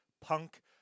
punk